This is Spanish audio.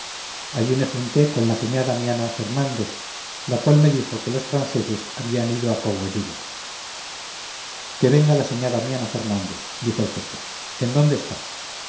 allí me junté con la señá damiana fernández la cual me dijo que los franceses habían ido a cogolludo que venga la señá damiana fernández dijo el jefe en dónde está